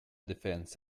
defence